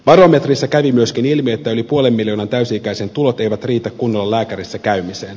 barometristä kävi myöskin ilmi että yli puolen miljoonan täysi ikäisen tulot eivät riitä kunnolla lääkärissä käymiseen